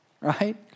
right